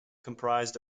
comprised